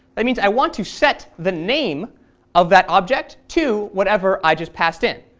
that means i want to set the name of that object to whatever i just passed in.